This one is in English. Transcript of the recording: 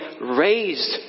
raised